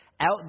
out